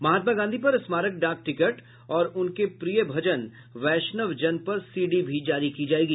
महात्मा गांधी पर स्मारक डाक टिकट और उनके प्रिय भजन वैष्णव जन पर सीडी भी जारी की जाएगी